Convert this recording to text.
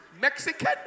Mexican